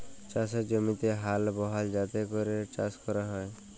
চাষের জমিতে হাল বহাল যাতে ক্যরে চাষ ক্যরা হ্যয়